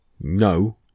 No